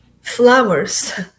flowers